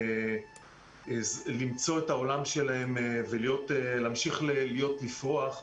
למצוא את העולם שלהם ולהמשיך לפרוח.